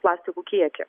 plastikų kiekį